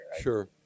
sure